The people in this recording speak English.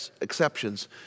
exceptions